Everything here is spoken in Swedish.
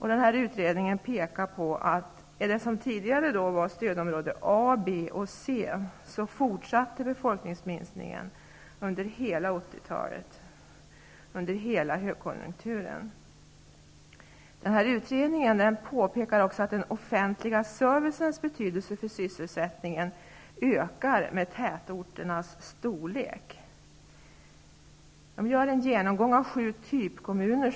I utredningen pekas på att i det som tidigare var stödområde A, B och talet, under hela högkonjunkturen. I utredningen påpekas att den offentliga servicens betydelse för sysselsättningen ökar med tätorternas storlek. En genomgång görs av sju typkommuner.